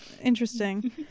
interesting